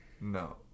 No